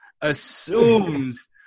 assumes